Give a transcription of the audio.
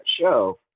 show